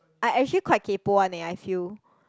I actually quite kaypo [one] eh I feel